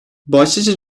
başlıca